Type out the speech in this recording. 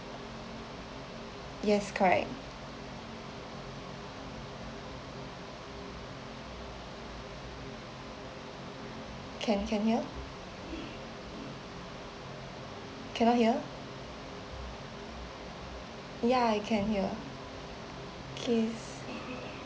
yes correct can can hear cannot hear ya you can hear okay